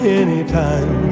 anytime